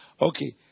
Okay